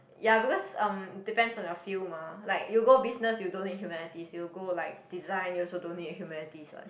ya because um depends on your field mah like you go business you don't need humanities you go like design you also don't need humanities what